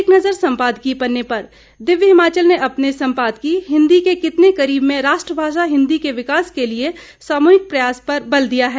एक नजर संपादकीय पन्ने पर दिव्य हिमाचल ने अपने संपादकीय हिंदी के कितने करीब में राष्ट्रभाषा हिंदी के विकास के लिए सामूहिक प्रयास पर बल दिया है